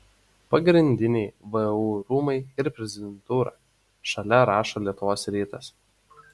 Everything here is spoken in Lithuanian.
pagrindiniai vu rūmai ir prezidentūra šalia rašo lietuvos rytas